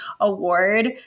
Award